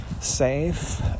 safe